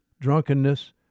drunkenness